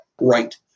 right